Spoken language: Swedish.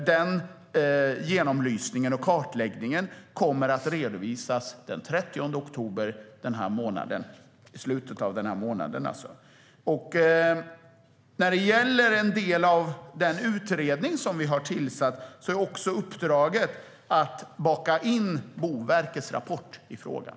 Den genomlysningen och kartläggningen kommer att redovisas den 30 oktober, alltså i slutet av den här månaden. När det gäller en del av den utredning som vi har tillsatt är uppdraget också att baka in Boverkets rapport i frågan.